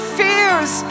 fears